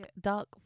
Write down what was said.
dark